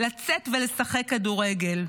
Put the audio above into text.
לצאת ולשחק כדורגל.